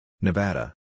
Nevada